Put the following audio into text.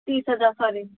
तीस हज़ार सॉरी